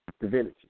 Divinity